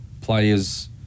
players